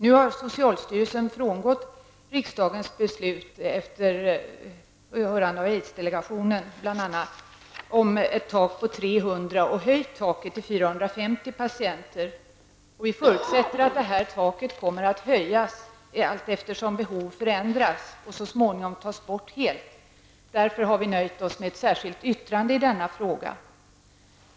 Nu har socialstyrelsen frångått riksdagens beslut, bl.a. efter hörande av aidsdelegationen, och höjt taket från 300 till 450 patienter. Vi förutsätter att taket kommer att höjas allt eftersom behoven förändras och så småningom tas bort helt. Därför har vi nöjt oss med ett särskilt yttrande i denna fråga.